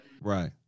Right